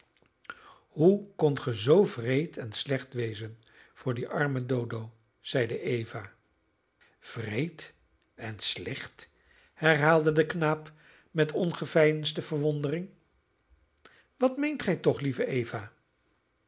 hoe kondt ge zoo wreed en slecht wezen voor dien armen dodo zeide eva wreed en slecht herhaalde de knaap met ongeveinsde verwondering wat meent gij toch lieve eva